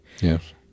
yes